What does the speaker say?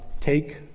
take